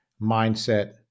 mindset